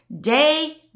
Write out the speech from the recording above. day